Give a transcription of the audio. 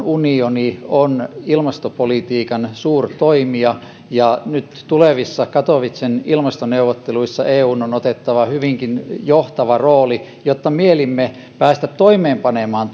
unioni on ilmastopolitiikan suurtoimija ja nyt tulevissa katowicen ilmastoneuvotteluissa eun on otettava hyvinkin johtava rooli jos mielimme päästä toimeenpanemaan